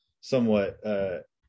somewhat